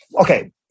Okay